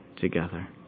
together